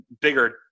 bigger